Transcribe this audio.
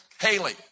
Haley